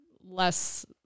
less